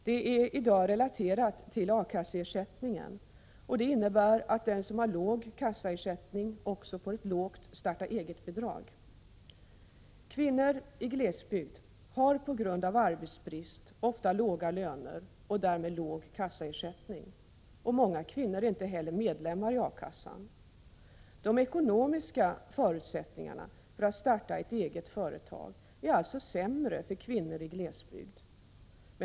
Det är i dag relaterat till A-kasseersättningen, vilket innebär att den som har låg kassaersättning också får ett lågt starta-egetbidrag. Kvinnor i glesbygd har på grund av arbetsbrist ofta låga löner och därmed låg kassaersättning. Många kvinnor är inte heller medlemmar i A-kassan. De ekonomiska förutsättningarna för att starta ett eget företag är alltså sämre för kvinnor i glesbygd.